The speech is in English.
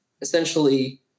essentially